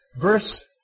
verse